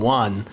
one